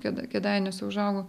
kėda kėdainiuose užaugau